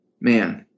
man